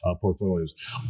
portfolios